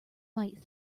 might